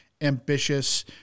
ambitious